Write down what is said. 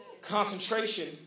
Concentration